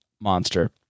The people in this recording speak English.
monster